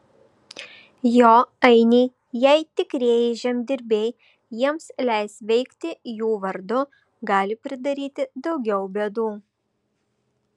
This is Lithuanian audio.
jo ainiai jei tikrieji žemdirbiai jiems leis veikti jų vardu gali pridaryti daugiau bėdų